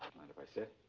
mind if i sit?